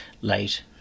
late